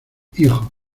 hijo